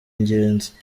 ingenzi